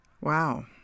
Wow